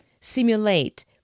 Simulate